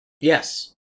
Yes